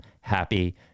happy